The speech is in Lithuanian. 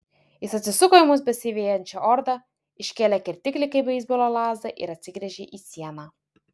jis atsisuko į mus besivejančią ordą iškėlė kirtiklį kaip beisbolo lazdą ir atsigręžė į sieną